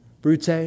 Brute